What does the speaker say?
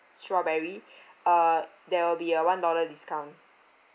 strawberry uh there will be a one dollar discount